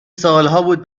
سالهابود